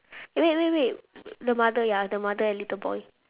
eh wait wait wait the mother ya the mother and the little boy